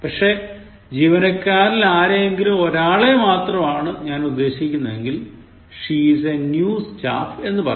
പക്ഷേ ജീവനക്കാരിൽ ആരെ എങ്കിലും ഒരാളെ മാത്രം ആണ് ഞാൻ ഉദ്ദേശിക്കുന്നതെങ്കിൽ she is a new staff എന്ന് പറയും